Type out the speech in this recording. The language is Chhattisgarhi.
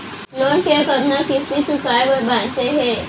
लोन के कतना किस्ती चुकाए बर बांचे हे?